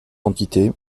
quantités